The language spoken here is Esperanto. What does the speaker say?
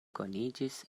koniĝis